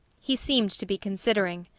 he seemed to be considering.